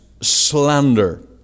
slander